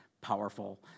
powerful